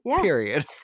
Period